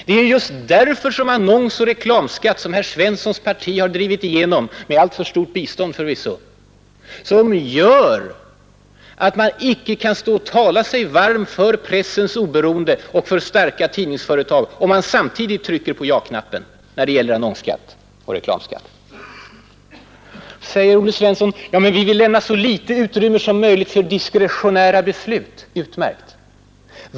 Det är just på grund av annonsoch reklamskatten som herr Svenssons parti med alltför stort bistånd har drivit igenom som man inte kan stå och tala sig varm för pressens oberoende och för starka tidningsföretag, när man samtidigt trycker på ja-knappen när det gäller annonsoch reklamskatt. Vidare säger Olle Svensson: Men vi vill lämna så litet utrymme som möjligt för diskretionära beslut. Utmärkt!